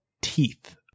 teeth